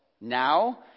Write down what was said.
now